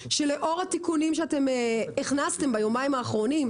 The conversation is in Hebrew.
שלאור התיקונים שאתם הכנסתם ביומיים האחרונים,